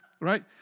Right